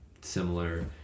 similar